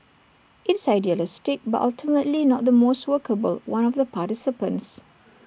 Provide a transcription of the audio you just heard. it's idealistic but ultimately not the most workable one of the participants